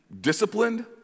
disciplined